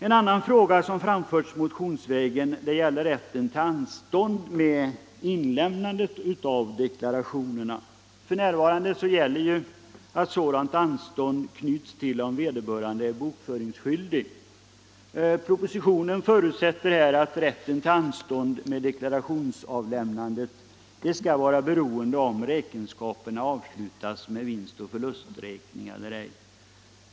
En annan fråga som framförts motionsvägen gäller rätten till anstånd med inlämnandet av deklarationerna. F. n. gäller att sådant anstånd knyts till frågan, huruvida vederbörande är bokföringsskyldig eller inte. Propositionen förutsätter att rätten till anstånd med deklarationsavlämnandet skall vara beroende av om räkenskaperna avslutas med vinstoch förlusträkning eller ej.